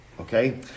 okay